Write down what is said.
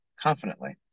confidently